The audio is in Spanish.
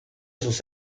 sus